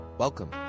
Welcome